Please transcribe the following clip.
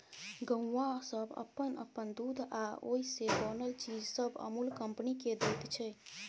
गौआँ सब अप्पन अप्पन दूध आ ओइ से बनल चीज सब अमूल कंपनी केँ दैत छै